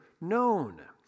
known